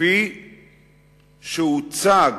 כפי שהוצג